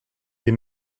les